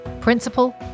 principal